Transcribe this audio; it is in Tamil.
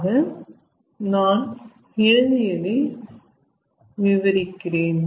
ஆக நான் எழுதியதை விவரிக்கிறேன்